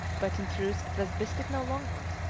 but in truth it was biscuit no longer,